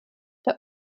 der